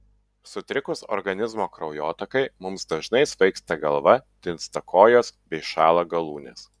sutrikus organizmo kraujotakai mums dažnai svaigsta galva tinsta kojos bei šąla galūnės